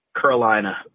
carolina